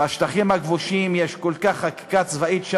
בשטחים הכבושים יש חקיקה צבאית,